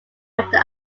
after